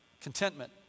contentment